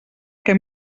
que